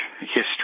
history